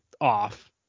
off